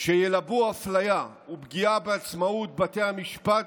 שילבו אפליה ופגיעה בעצמאות בתי המשפט